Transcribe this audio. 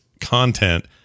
content